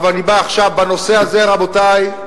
אבל אני בא עכשיו, בנושא הזה, רבותי,